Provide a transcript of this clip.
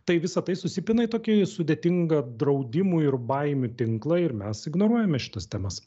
tai visa tai susipina į tokį sudėtingą draudimų ir baimių tinklą ir mes ignoruojame šitas temas